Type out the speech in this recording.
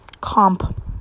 Comp